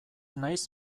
naiz